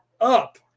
up